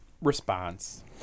response